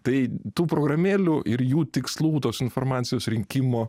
tai tų programėlių ir jų tikslų tos informacijos rinkimo